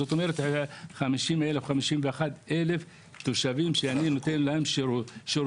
כלומר 51,000 תושבים שאני נותן להם שירותים.